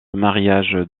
mariage